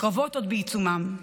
הקרבות עוד בעיצומם.